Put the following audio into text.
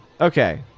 Okay